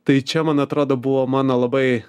tai čia man atrodo buvo mano labai